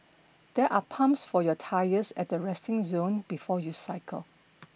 there are pumps for your tyres at the resting zone before you cycle